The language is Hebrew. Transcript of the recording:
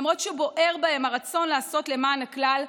למרות שבוער בהם הרצון לעשות למען הכלל,